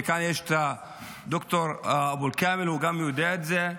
וכאן יש את ד"ר אבו אל-כאמל, הוא גם יודע את זה.